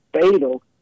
fatal